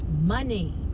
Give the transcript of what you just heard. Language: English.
money